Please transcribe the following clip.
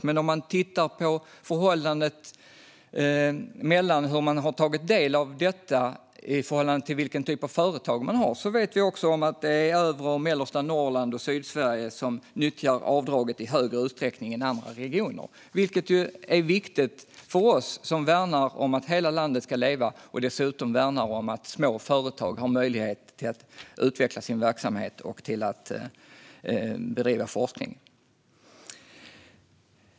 Men om vi tittar på förhållandet mellan hur man har tagit del av detta och vilken typ av företag man har ser vi också att det är övre och mellersta Norrland och Sydsverige som nyttjar avdraget i större utsträckning än andra regioner. Det är viktigt för oss, som värnar om att hela landet ska leva och dessutom värnar små företags möjlighet att utveckla sin verksamhet och bedriva forskning.